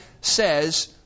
says